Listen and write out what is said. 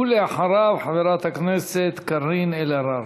ואחריו, חברת הכנסת קארין אלהרר.